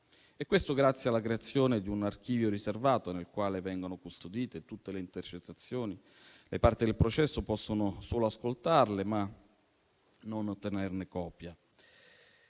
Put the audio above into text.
e questo grazie alla creazione di un archivio riservato nel quale vengono custodite tutte le intercettazioni. Le parti del processo possono solo ascoltarle e non ottenere copie.